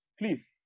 Please